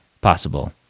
possible